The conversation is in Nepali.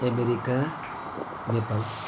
अमेरिका नेपाल